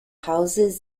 houses